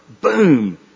Boom